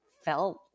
felt